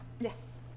Yes